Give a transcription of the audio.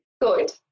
Good